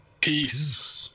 Peace